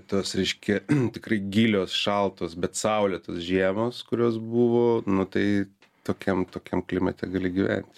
tas reiškia tikrai gilios šaltos bet saulėtos žiemos kurios buvo nu tai tokiam tokiam klimate gali gyventi